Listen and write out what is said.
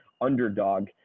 underdog